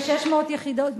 כ-650 יחידות,